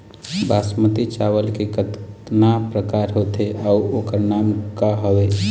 बासमती चावल के कतना प्रकार होथे अउ ओकर नाम क हवे?